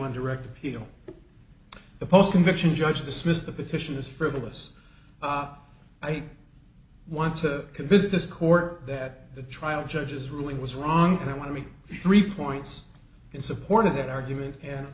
one direct appeal the post conviction judge dismissed the petition as frivolous i want to convince this court that the trial judge's ruling was wrong and i want to make three points in support of that argument and of